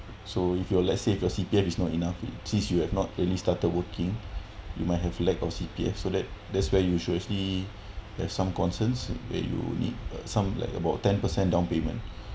so if you are let's say if your C_P_F is not enough since you have not really started working you might have lack of C_P_F so that that's where you should actually have some concerns where you need some like about ten percent down payment